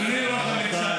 אדוני ראש הממשלה,